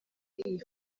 iyi